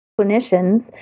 clinicians